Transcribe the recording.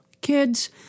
Kids